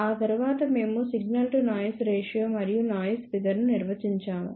ఆ తరువాత మేము సిగ్నల్ టు నాయిస్ రేషియో మరియు నాయిస్ ఫిగర్ ను నిర్వచించాము